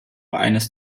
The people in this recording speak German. eines